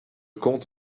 comte